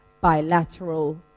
bilateral